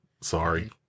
Sorry